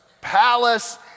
palace